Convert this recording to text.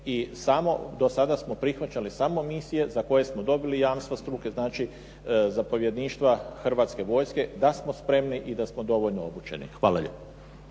i do sada smo prihvaćali samo misije za koje smo dobili jamstvo struke, znači zapovjedništva Hrvatske vojske da smo spremni i da smo dovoljno obučeni. Hvala lijepo.